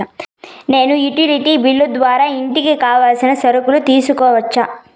నేను utility bill ద్వారా ఇంటికి కావాల్సిన సరుకులు తీసుకోవచ్చా?